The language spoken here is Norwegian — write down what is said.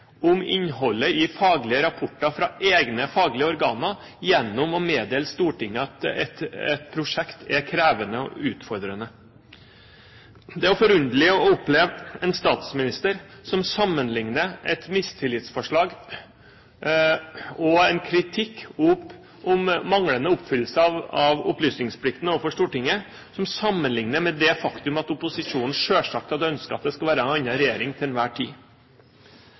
om innholdet i faglige rapporter fra egne faglige organer gjennom å meddele Stortinget at et prosjekt er krevende og utfordrende. Det er også forunderlig å oppleve en statsminister som sammenligner et mistillitsforslag og en kritikk av manglende oppfyllelse av opplysningsplikten overfor Stortinget med det faktum at opposisjonen selvsagt hadde ønsket at det skulle være en annen regjering til enhver tid.